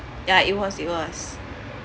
ya it was it was